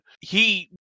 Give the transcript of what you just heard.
he-